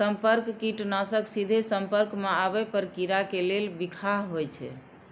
संपर्क कीटनाशक सीधे संपर्क मे आबै पर कीड़ा के लेल बिखाह होइ छै